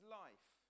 life